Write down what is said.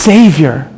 Savior